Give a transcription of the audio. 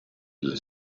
delle